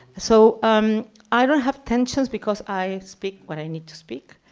so um i don't have tensions because i speak what i need to speak.